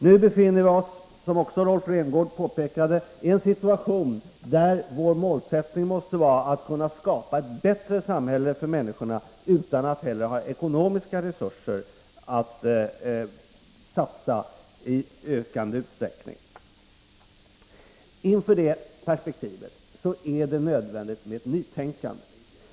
Nu befinner vi oss, som Rolf Rämgård också påpekade, i en situation där vårt mål måste vara att kunna skapa ett bättre samhälle för människorna utan att ha ekonomiska resurser att satsa i ökande utsträckning. Inför det perspektivet är det nödvändigt med nytänkande.